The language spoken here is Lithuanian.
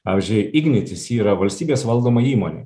pavyzdžiui ignitis yra valstybės valdoma įmonė